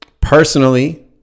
Personally